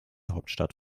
hauptstadt